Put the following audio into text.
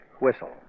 whistle